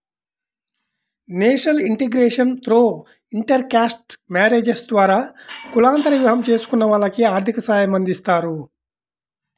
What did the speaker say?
national integration through intercaste marriages ద్వారా కులాంతర వివాహం చేసుకున్న వాళ్లకి ఆర్థిక సాయమందిస్తారు